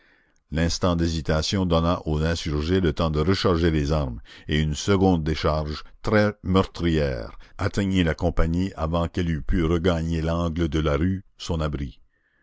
l'instant d'hésitation donna aux insurgés le temps de recharger les armes et une seconde décharge très meurtrière atteignit la compagnie avant qu'elle eût pu regagner l'angle de la rue son abri